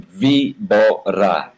vibora